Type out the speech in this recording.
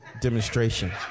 demonstration